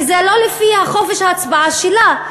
וזה לא לפי חופש ההצבעה שלה,